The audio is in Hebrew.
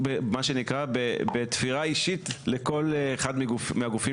מה שנקרא בתפירה אישית לכל אחד מהגופים